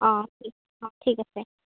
অঁ অঁ ঠিক আছে